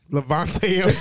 Levante